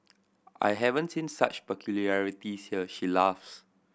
I haven't seen such peculiarities here she laughs